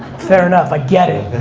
fair enough, i get it.